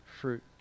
fruit